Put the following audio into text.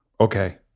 okay